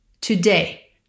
Today